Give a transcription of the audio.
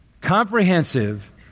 comprehensive